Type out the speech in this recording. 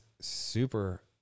super